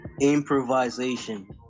Improvisation